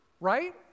right